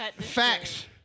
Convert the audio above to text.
Facts